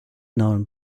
known